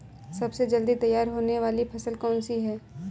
सबसे जल्दी तैयार होने वाली फसल कौन सी है?